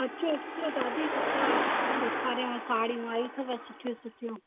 अचो अचो दादी कपिड़ा ॾेखारियांव साड़ियूं आई अथव सुठियूं सुठियूं